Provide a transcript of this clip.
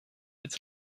its